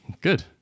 Good